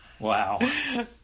Wow